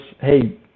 Hey